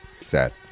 Sad